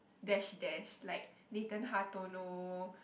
dash dash like Nathan-Hartono